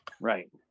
right